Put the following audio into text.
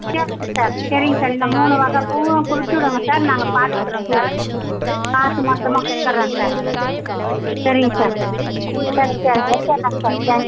சரிங்க சார் சரிங்க சார் இந்த மூணு வகை பூவும் கொடுத்து விடுங்க சார் நாங்கள் பார்த்துக்குறோம் சார் காசு மொத்தமாக கொடுத்துட்றேன் சார் சரிங்க சார் சரிங்க சார் வெச்சுட்றேன் சார் தாங்க்ஸ் சார்